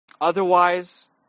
Otherwise